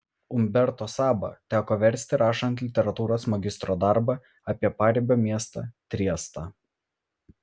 umberto sabą teko versti rašant literatūros magistro darbą apie paribio miestą triestą